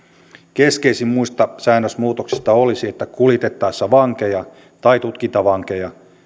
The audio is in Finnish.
keskeisin muista säännösmuutoksista olisi että kuljetettaessa vankeja tai tutkintavankeja